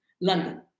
London